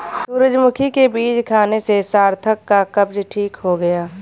सूरजमुखी के बीज खाने से सार्थक का कब्ज ठीक हो गया